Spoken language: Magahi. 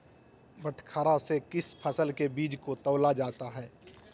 बटखरा से किस फसल के बीज को तौला जाता है?